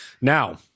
Now